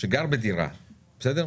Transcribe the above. שגר בדירה בסדר?